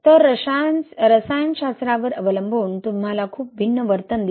तर रसायनशास्त्रावर अवलंबून तुम्हाला खूप भिन्न वर्तन दिसेल